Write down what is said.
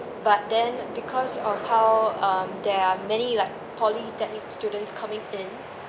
but then because of how um there are many like polytechnic students coming in